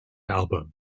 album